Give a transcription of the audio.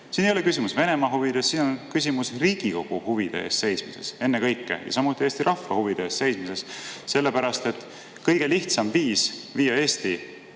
ei ole küsimus Venemaa huvides, siin on küsimus Riigikogu huvide eest seismises ennekõike, ja samuti Eesti rahva huvide eest seismises, sellepärast et kõige lihtsam viis viia Eesti